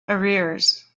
arrears